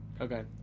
Okay